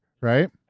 right